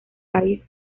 país